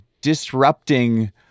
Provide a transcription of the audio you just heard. disrupting